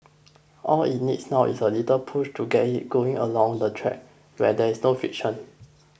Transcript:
all it needs now is a little push to get it going along the track where there is no friction